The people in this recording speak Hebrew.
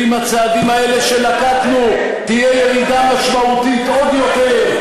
ועם הצעדים האלה שנקטנו תהיה ירידה משמעותית עוד יותר.